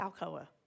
Alcoa